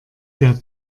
der